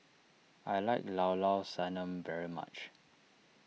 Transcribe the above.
I like Llao Llao Sanum very much